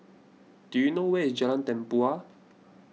do you know where is Jalan Tempua